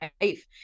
life